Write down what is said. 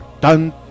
Dun